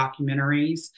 documentaries